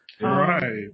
Right